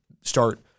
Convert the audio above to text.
start